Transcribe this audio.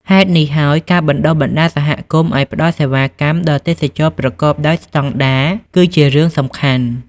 ហេតុនេះហើយ ការបណ្ដុះបណ្ដាលសហគមន៍ឱ្យផ្ដល់សេវាកម្មដល់ទេសចរណ៍ប្រកបដោយស្តង់ដារ គឺជារឿងសំខាន់។